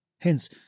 Hence